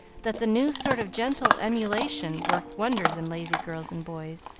that the new sort of gentle emulation worked wonders in lazy girls and boys,